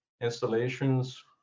installations